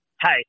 Hey